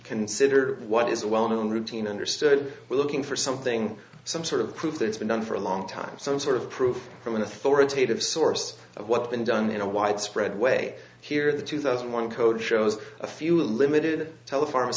consider what is a well known routine understood we're looking for something some sort of proof that it's been done for a long time some sort of proof from an authoritative source of what's been done in a widespread way here the two thousand one code shows a few limited tel